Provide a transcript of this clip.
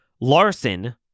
Larson